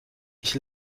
ich